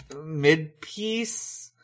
mid-piece